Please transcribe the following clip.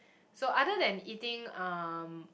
so other that eating um